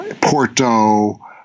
Porto